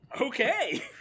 Okay